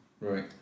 Right